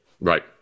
Right